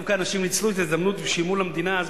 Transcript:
דווקא אנשים ניצלו את ההזדמנות ושילמו למדינה אז,